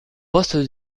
poste